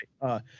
right